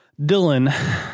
Dylan